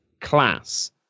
class